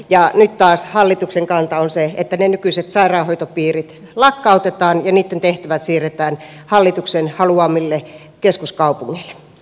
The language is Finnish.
nyt taas hallituksen kanta on se että ne nykyiset sairaanhoitopiirit lakkautetaan ja niitten tehtävät siirretään hallituksen haluamille keskuskaupungeille